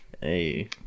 hey